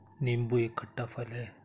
नीबू एक खट्टा फल है